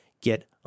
Get